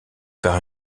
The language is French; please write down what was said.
par